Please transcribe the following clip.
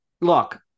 look